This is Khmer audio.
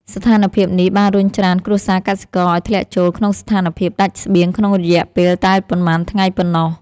ស្ថានភាពនេះបានរុញច្រានគ្រួសារកសិករឱ្យធ្លាក់ចូលក្នុងស្ថានភាពដាច់ស្បៀងក្នុងរយៈពេលតែប៉ុន្មានថ្ងៃប៉ុណ្ណោះ។